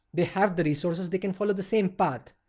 they have the resources, they can follow the same but